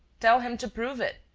tell him to prove it,